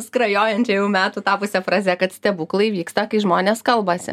skrajojančia jau metų tapusia fraze kad stebuklai vyksta kai žmonės kalbasi